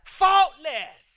faultless